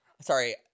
Sorry